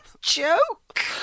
joke